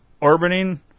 orbiting